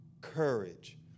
courage